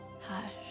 Hush